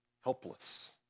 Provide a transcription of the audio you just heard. Helpless